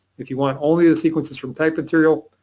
if you want only the sequences from type material,